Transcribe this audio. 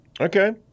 Okay